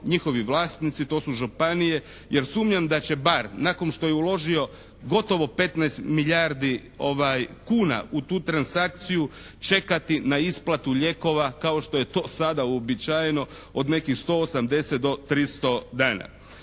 njihovi vlasnici, to su županije. Jer sumnjam da će Barr nakon što je uložio gotovo 15 milijardi kuna u tu transakciju čekati na isplatu lijekova kao što je to sada uobičajeno od nekih 180 do 300 dana.